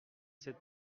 sept